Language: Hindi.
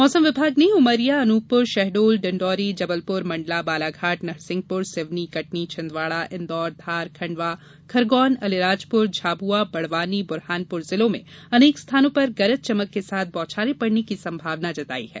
मौसम विमाग ने उमरिया अन्पपुर शहडोल डिण्डौरी जबलपुर मंडला बालाघाट नरसिंहपुर सिवनी कटनी छिंदवाड़ा इंदौर धार खंडवा खरगौन अलीराजपुर झाबुआ बड़वानी बुरहानपुर जिलों में अनेक स्थानों पर गरज चमक के साथ बौछारें पड़ने की संभावना जताई है